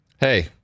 Hey